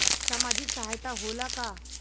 सामाजिक सहायता होला का?